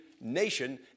nation